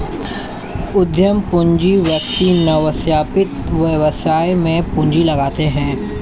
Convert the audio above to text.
उद्यम पूंजी व्यक्ति नवस्थापित व्यवसाय में पूंजी लगाते हैं